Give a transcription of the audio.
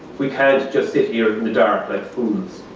we can't just sit here in the dark like fools.